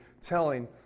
telling